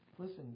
Listen